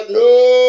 no